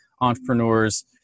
entrepreneurs